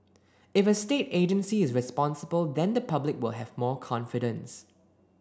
if a state agency is responsible then the public will have more confidence